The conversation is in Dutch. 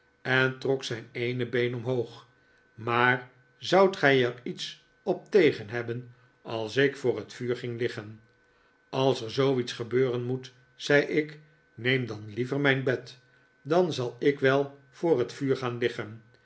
en trok zijn eene been omhoog maar zoudt gij er iets op tegen hebben als ik voor het vuur ging liggen als er zooiets gebeuren moet zei ik neem dan liever mijn bed dan zal ik wel voor het fljuur gaan liggen